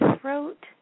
throat